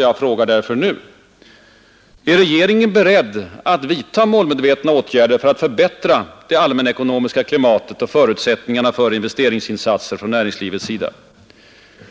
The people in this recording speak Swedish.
Jag frågar därför nu: Är regeringen beredd att vidta målmedvetna åtgärder för att förbättra det allmänekonomiska klimatet och förutsättningarna för investeringsinsatser från näringslivets sida?